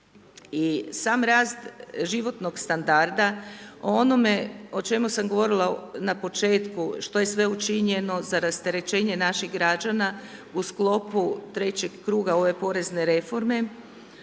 sam rast životnog standarda, onome o čemu sam govorila na početku što je sve učinjeno za rasterećenje naših građana u sklopu trećeg kruga ove porezne reforme,